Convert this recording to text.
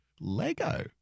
Lego